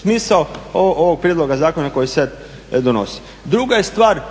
smisao ovog prijedloga zakona koji se sada donosi. Druga je stvar,